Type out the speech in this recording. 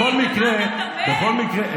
בכל מקרה,